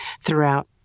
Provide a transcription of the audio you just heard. throughout